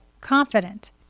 confident